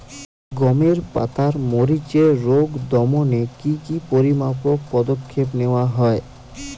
গমের পাতার মরিচের রোগ দমনে কি কি পরিমাপক পদক্ষেপ নেওয়া হয়?